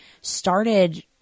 started